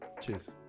Cheers